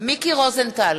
מיקי רוזנטל,